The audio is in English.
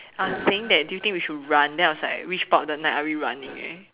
I was saying that do you think we should run then I was like which part of the night are we running eh